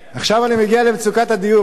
עכשיו אני מגיע למצוקת הדיור.